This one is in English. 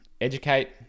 educate